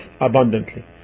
abundantly